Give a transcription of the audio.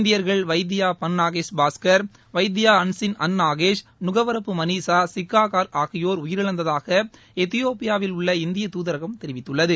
இந்தியர்கள் வைத்தியா பன்நாகேஷ் பாஸ்கர் வைத்தியா அன்சின் அன்நாகேஷ் நுகவரப்பு மனீசா சிக்கா கார்க் ஆகியோர் உயிரிழந்ததாக எத்தியோபியாவில் உள்ள இந்திய தூதரகம் தெரிவித்துள்ளது